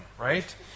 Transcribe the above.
right